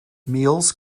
meals